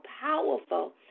powerful